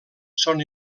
són